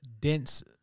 dense